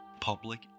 Public